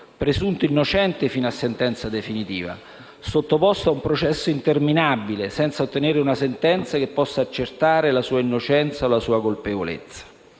presunto innocente fino a sentenza definitiva, sottoposto ad un processo interminabile, senza ottenere una sentenza che possa accertare la sua innocenza o la sua colpevolezza.